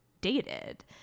dated